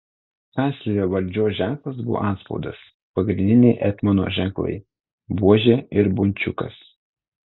kanclerio valdžios ženklas buvo antspaudas pagrindiniai etmono ženklai buožė ir bunčiukas